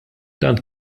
tant